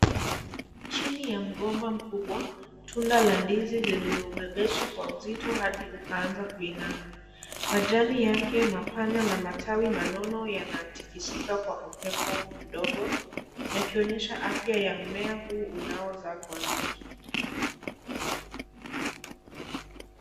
Chini ya mgomba mkubwa tunda la ndizi limebebesha kwa uzito hadi ukaanza kuinama majani yake mapana na matawi manono yanatikisika kwa upepo mdogo yakionyesha afya ya mmea huu unaozaa kwa wingi.